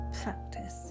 practice